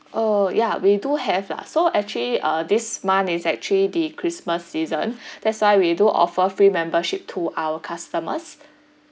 orh ya we do have lah so actually uh this month is actually the christmas season that's why we do offer free membership to our customers